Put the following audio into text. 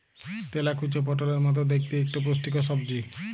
তেলাকুচা পটলের মত দ্যাইখতে ইকট পুষ্টিকর সবজি